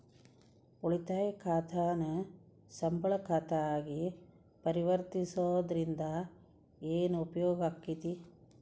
ಉಳಿತಾಯ ಖಾತಾನ ಸಂಬಳ ಖಾತಾ ಆಗಿ ಪರಿವರ್ತಿಸೊದ್ರಿಂದಾ ಏನ ಉಪಯೋಗಾಕ್ಕೇತಿ?